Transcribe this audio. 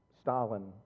Stalin